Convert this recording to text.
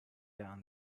down